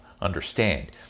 understand